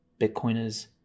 Bitcoiners